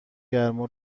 گرما